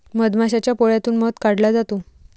मधमाशाच्या पोळ्यातून मध काढला जातो